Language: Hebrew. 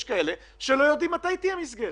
אלא על כאלה שלא יודעים מתי תהיה מסגרת,